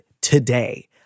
today